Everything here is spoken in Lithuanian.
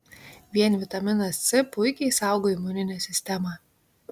vien vitaminas c puikiai saugo imuninę sistemą